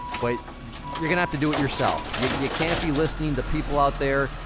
but you're gonna have to do it yourself. you can't be listening to people out there,